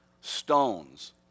stones